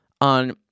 on